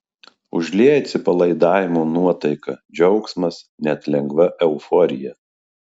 užlieja atsipalaidavimo nuotaika džiaugsmas net lengva euforija